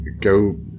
go